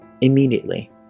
Immediately